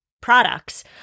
products